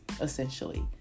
essentially